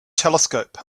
telescope